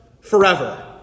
forever